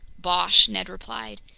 bosh! ned replied.